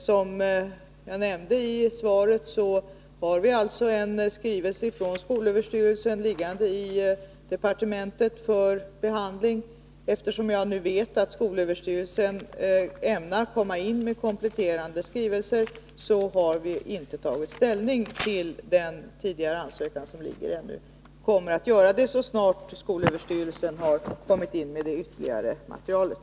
Som jag nämnde i svaret har vi en skrivelse från skolöverstyrelsen liggande i departementet för behandling. Eftersom jag vet att skolöverstyrelsen 131 ämnar komma in med kompletterande skrivelser, har vi ännu inte tagit ställning till den tidigare ansökan. Vi kommer att göra det så snart skolöverstyrelsen har kommit in med det ytterligare materialet.